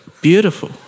Beautiful